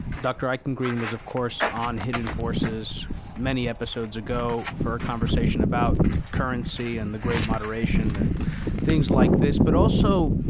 dr. eichengreen was, of course on hidden forces many episodes ago for our conversation about currency and the great moderation and things like this. but also,